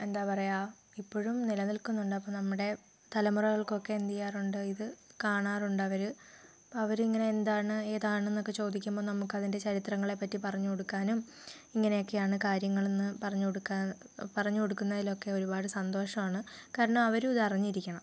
എന്താ പറയുക ഇപ്പോഴും നിലനിൽക്കുന്നുണ്ട് അപ്പോൾ നമ്മുടെ തലമുറകൾക്കൊക്കെ എന്തു ചെയ്യാറുണ്ട് ഇത് കാണാറുണ്ട് അവർ അവരിങ്ങനെ എന്താണ് ഏതാണെന്നൊക്കെ ചോദിക്കുമ്പോൾ നമുക്കതിൻ്റെ ചരിത്രങ്ങളെ പറ്റി പറഞ്ഞ് കൊടുക്കാനും ഇങ്ങനെയൊക്കെയാണ് കാര്യങ്ങളെന്ന് പറഞ്ഞ് കൊടുക്കുക പറഞ്ഞ് കൊടുക്കുന്നതിലും ഒക്കെ ഒരുപാട് സന്തോഷമാണ് കാരണം അവരും ഇതറിഞ്ഞിരിക്കണം